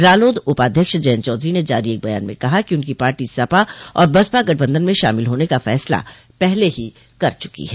रालोद उपाध्यक्ष जयन्त चौधरी ने जारी एक बयान में कहा है कि उनकी पार्टी सपा और बसपा गठबंधन में शामिल होने का फैसला पहले ही कर चुकी है